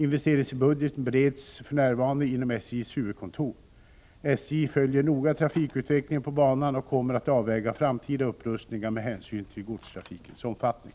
Investeringsbudgeten bereds för närvarande inom SJ:s huvudkontor. SJ följer noga trafikutvecklingen på banan och kommer att avväga framtida upprustningar med hänsyn till godstrafikens omfattning.